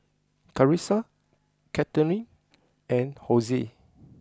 Karissa Catherine and Hosie